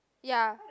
ya